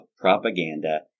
propaganda